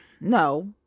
no